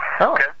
Okay